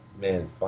man